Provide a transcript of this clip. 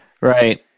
Right